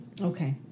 okay